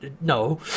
no